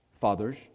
fathers